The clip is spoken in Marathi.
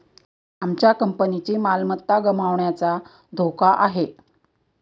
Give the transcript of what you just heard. आमच्या कंपनीची मालमत्ता गमावण्याचा धोका आहे